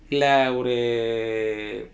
இல்ல ஒரு:illa oru